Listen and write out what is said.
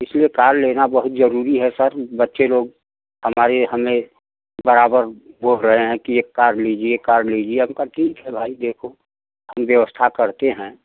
इसलिए कार लेना बहुत जरूरी है सर बच्चे लोग हमारे हमें बराबर बोल रहे हैं कि एक कार लीजिए कार लीजिए हम कहा ठीक है भाई देखो हम व्यवस्था करते हैं